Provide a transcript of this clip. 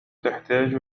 تحتاج